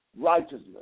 righteousness